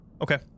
Okay